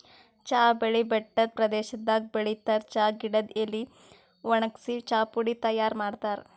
ಚಾ ಬೆಳಿ ಬೆಟ್ಟದ್ ಪ್ರದೇಶದಾಗ್ ಬೆಳಿತಾರ್ ಚಾ ಗಿಡದ್ ಎಲಿ ವಣಗ್ಸಿ ಚಾಪುಡಿ ತೈಯಾರ್ ಮಾಡ್ತಾರ್